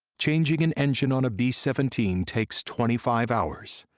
changing an engine on a b seventeen takes twenty five hours.